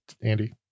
Andy